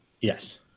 Yes